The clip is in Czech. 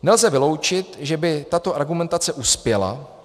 Nelze vyloučit, že by tato argumentace uspěla.